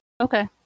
Okay